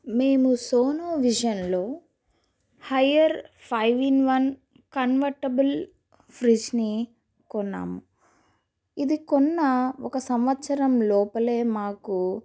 మేము సోనువిజన్లో Haier five in one convertible ఫ్రిడ్జ్ని కొన్నాము ఇది కొన్న ఒక సంవత్సరం లోపలే మాకు